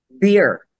beer